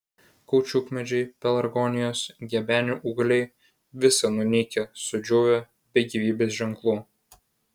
kaučiukmedžiai pelargonijos gebenių ūgliai visa nunykę sudžiūvę be gyvybės ženklų